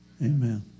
amen